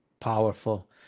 powerful